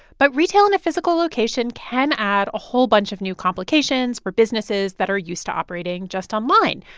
but retail in a physical location can add a whole bunch of new complications for businesses that are used to operating just online.